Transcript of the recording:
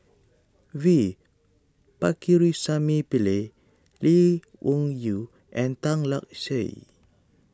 V Pakirisamy Pillai Lee Wung Yew and Tan Lark Sye